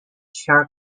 shark